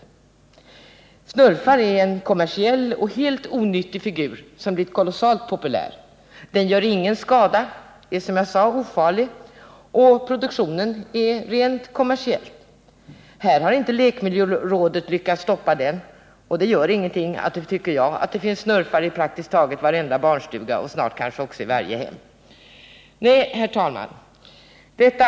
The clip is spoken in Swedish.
En smurf är en kommersiell och helt onyttig figur som blivit kolossalt populär. Den gör ingen skada — den är, som jag sade, ofarlig — och produktionen är rent kommersiellt inriktad. Lekmiljörådet har inte lyckats stoppa den figuren — och det gör väl ingenting, tycker jag, att det finns smurfar i praktiskt taget varenda barnstuga och snart kanske också i varje hem. Nej, herr talman!